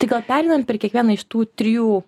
tai gal pereinam per kiekvieną iš tų trijų